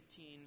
18